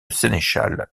sénéchal